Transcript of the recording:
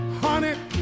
honey